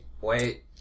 wait